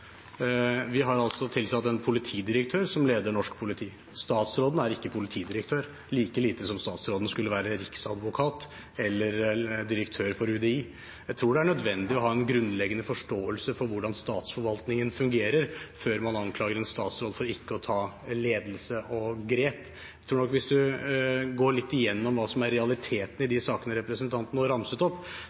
Vi har altså tilsatt en politidirektør, som leder norsk politi. Statsråden er ikke politidirektør, like lite som statsråden skulle være riksadvokat eller direktør for UDI. Jeg tror det er nødvendig å ha en grunnleggende forståelse for hvordan statsforvaltningen fungerer, før man anklager en statsråd for ikke å ta ledelse og grep. Hvis en går litt igjennom hva som er realiteten i de sakene representanten nå ramset opp,